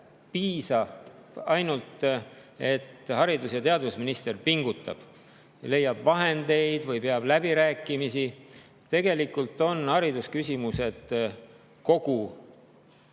piisa ainult sellest, et haridus- ja teadusminister pingutab, leiab vahendeid või peab läbirääkimisi. Tegelikult on haridusküsimused kogu